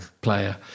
player